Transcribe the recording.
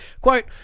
Quote